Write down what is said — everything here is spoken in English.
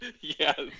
Yes